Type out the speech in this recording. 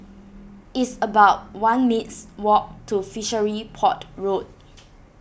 it's about one mins' walk to Fishery Port Road